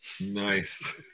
Nice